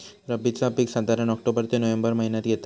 रब्बीचा पीक साधारण ऑक्टोबर ते नोव्हेंबर महिन्यात घेतत